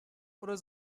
oder